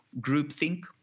groupthink